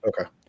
Okay